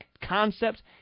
concepts